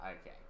Okay